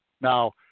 Now